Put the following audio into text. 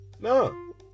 No